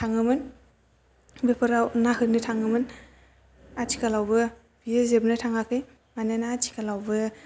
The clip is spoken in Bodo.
थाङोमोन बेफोराव ना होनो थाङोमोन आथिखालावबो बेयो जोबनो थाङाखै मानोना आथिखालावबो